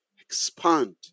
Expand